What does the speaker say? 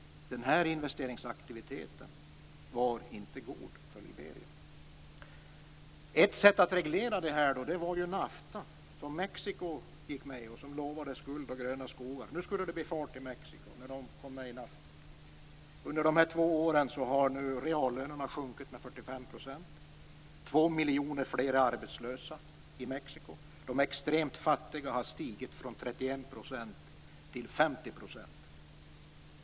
Denna investeringsaktivitet var inte god för Liberia. Ett sätt att reglera detta erbjöd NAFTA, som Mexico gick med i, och som lovade guld och gröna skogar. Nu skulle det bli fart i Mexico. Under dessa två år har reallönerna sjunkit med 45 %. Två miljoner fler är arbetslösa i Mexico. Andelen extremt fattiga har stigit från 31 % till 50 %.